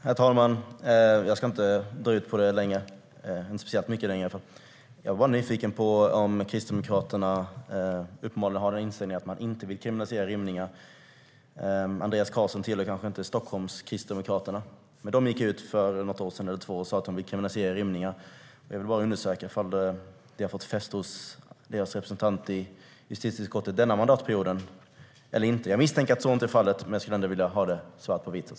Herr talman! Jag ska inte dra ut så länge på debatten. Jag är bara nyfiken på om Kristdemokraterna har inställningen att man inte vill kriminalisera rymningar. Andreas Carlson tillhör kanske inte Stockholmskristdemokraterna. De gick för något år sedan ut och sa att de ville kriminalisera rymningar. Jag vill bara undersöka om det har fått fäste hos deras representant i justitieutskottet denna mandatperiod eller inte. Jag misstänker att så inte är fallet, men jag skulle ändå vilja ha det svart på vitt.